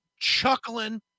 chuckling